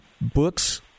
Books